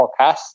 podcast